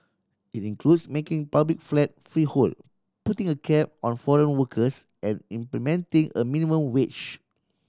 it includes making public flat freehold putting a cap on foreign workers and implementing a minimum witch